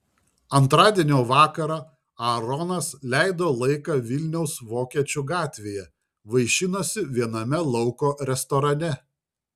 antradienio vakarą aaronas leido laiką vilniaus vokiečių gatvėje vaišinosi viename lauko restorane